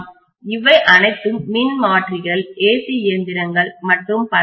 அவை அனைத்தும் மின்மாற்றிகள் ஏசி இயந்திரங்கள் மற்றும் பலவற்றில்